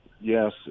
yes